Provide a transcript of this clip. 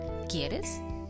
quieres